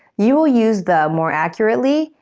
you will use the more accurately,